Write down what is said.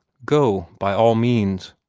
go, by all means,